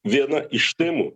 viena iš temų